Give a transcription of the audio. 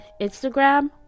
instagram